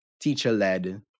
teacher-led